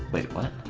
wait what